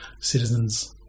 citizens